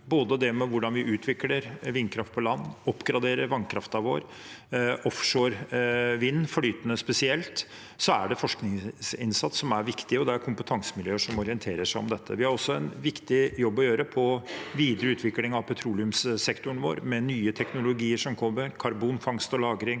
energi, hvordan vi både utvikler vindkraft på land, oppgraderer vannkraften vår, offshore vind, og flytende spesielt, er forskningsinnsats viktig, og det er kompetansemiljøer som orienterer seg om dette. Vi har også en viktig jobb å gjøre på videre utvikling av petroleumssektoren vår, med nye teknologier som kommer, karbonfangst og lagring,